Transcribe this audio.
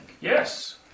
Yes